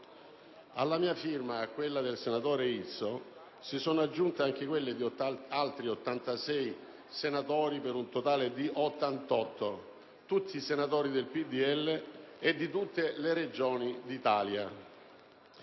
Alla mia firma e a quella del senatore Izzo si sono aggiunte quelle di altri 86 senatori, per un totale di 88 firme, tutti senatori del PdL, di tutte le Regioni d'Italia.